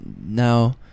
now